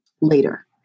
later